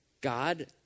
God